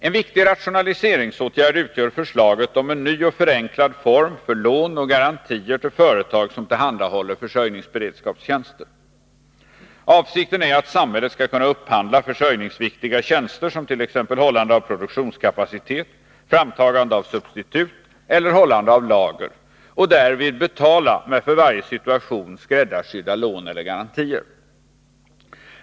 En viktig rationaliseringsåtgärd utgör förslaget om en ny och förenklad form för lån och garantier till företag som tillhandahåller försörjningsberedskapstjänster. Avsikten är att samhället skall kunna upphandla försörjningsviktiga tjänster som t.ex. hållande av produktionskapacitet, framtagande av substitut eller hållande av lager och därvid ”betala” med för varje situation skräddarsydda lån eller garantier.